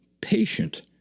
patient